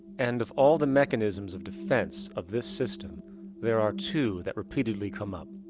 and of all the mechanisms of defense of this system there are two that repeatedly come up.